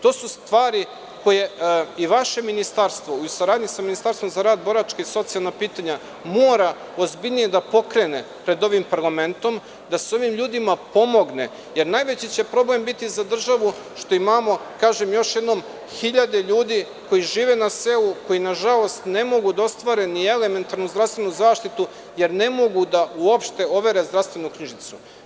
To su stvari koje i vaše Ministarstvo, u saradnji sa Ministarstvom za rad, boračke i socijalna pitanja, mora ozbiljnije da pokrene pred ovim parlamentom da se ovim ljudima pomogne, jer najveći će problem biti za državu što imamo, kažem još jednom, hiljade ljudi koje žive na selu koji na žalost ne mogu da ostvare ni elementarnu zdravstvenu zaštitu, jer ne mogu uopšte da overe zdravstvenu knjižicu.